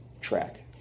track